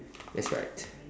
that's right